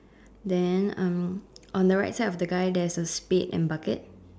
then uh on the right side of the guy there's a spade and bucket